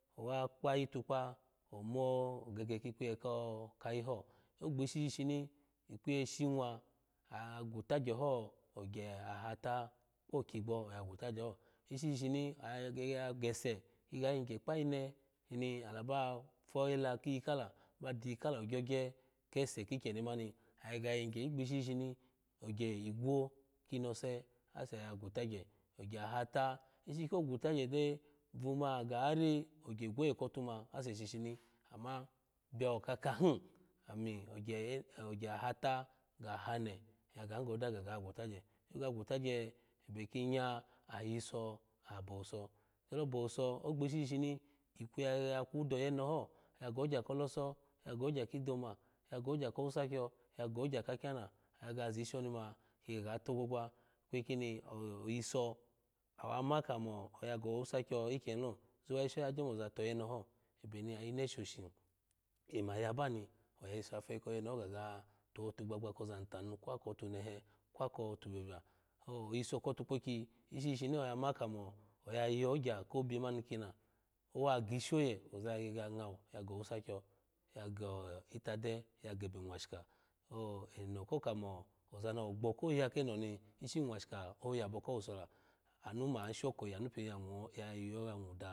Owa kpayi tukpa omo ogege ki kpiye kayi ho ogbishi shishini ikpiye shinwa agutagye ho ogye ahata kpo okigbo aqutagye ho ishi shishini oya gege ya gese kiga yngye kpayine shini ak be fo da kiyi kala ba diyi kala ogyogye kese ki kyeni mani agege ya yingye ogbishi shstini ogye igwo kino se ase agu tagye onye ahata ishi ko gutagye de vuma ga hari ogye igwoye kotu ma ase shishini ama bio kakahun ami ogyi ogye ahata ga hane in ya gahin goda gaga gutagye ng gyo ga gutagye ebe ki nya ayisu a bowuso gyolo bowuso ogbishi shishim iku yayaku doyenho ya gogya kolosoho yago ogya kidoma ya go ogya ko wusa kyo ya go ogya kakyana a gege ya zishi onima yagaga togbogba ikweyi loso ishi oye agyo mo oza toyene ho ebeni ayine shoshi ema yabani oya yiso feyi koyene ho ga go totu gbagba koza ni tanu ni kw ako tunehe kwa ko tubrobya so oyiso ko tukpokyi ishi shishini oya ma kamo oya yogy kobi mani kiina owa gishi oye oza ya gege ya ngawo yago owusakyo ya go itade yagebe nwashika o eno ko kamo ozani ogba koya kenoni ishi nwashika oyabo kowuso la anu mo an shokoyi anu pin yayo ya nwu daha.